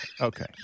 Okay